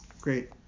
Great